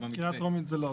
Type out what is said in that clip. בקריאה טרומית זה לא.